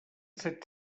set